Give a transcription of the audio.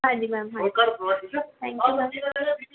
ਹਾਂਜੀ ਮੈਮ ਹਾਂਜੀ thank you ma'am